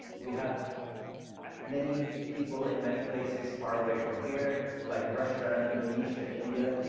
we have many people in many places far away from here, like russia, indonesia, india,